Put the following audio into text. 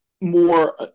more